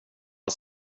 har